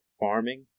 farming